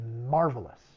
marvelous